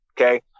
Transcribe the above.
okay